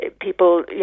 people